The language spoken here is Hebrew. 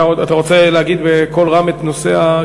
אתה רוצה להגיד בקול רם את הנושא?